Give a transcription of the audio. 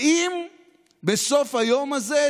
האם בסוף היום הזה,